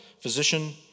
Physician